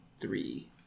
three